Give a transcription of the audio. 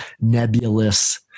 nebulous